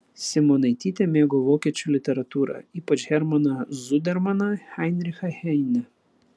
simonaitytė mėgo vokiečių literatūrą ypač hermaną zudermaną heinrichą heinę